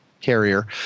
carrier